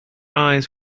eyes